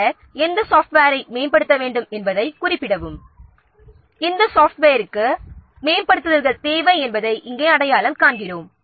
பின்னர் எந்த சாஃப்ட்வேரை மேம்படுத்த வேண்டும் என்பதைக் குறிப்பிடவும் எந்த சாஃப்ட்வேரை மேம்படுத்த தேவை என்பதை இங்கே அடையாளம் காண்கிறோம்